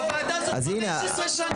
הוועדה הזאת 15 שנה.